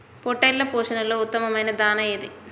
పొట్టెళ్ల పోషణలో ఉత్తమమైన దాణా ఏది?